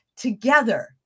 together